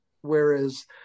Whereas